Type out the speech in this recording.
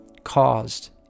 caused